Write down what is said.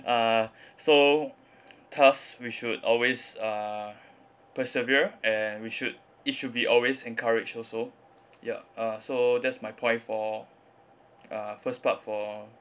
uh so thus we should always uh persevere and we should it should be always encourage also ya uh so that's my point for uh first part for